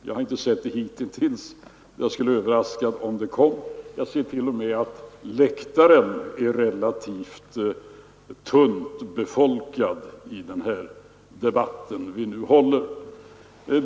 Jag skulle bli överraskad om så blev fallet. Jag ser t.o.m. att läktaren är relativt tunt befolkad under denna debatt.